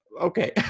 okay